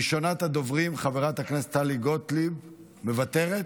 ראשונת הדוברים, חברת הכנסת טלי גוטליב, מוותרת?